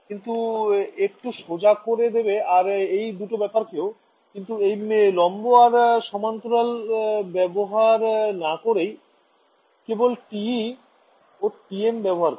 এটা একটু সোজা করে দেবে আর এই দুটো ব্যাপারকেও কিন্তু এই লম্ব আর সমান্তরাল ব্যাবহার না করেই কেবল TE ও TM ব্যবহার করে